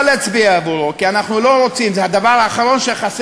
אנחנו מוכנים לעבוד אתכם כמו שעבדנו אתכם בכמה נושאים.